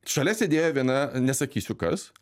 šalia sėdėjo viena nesakysiu kas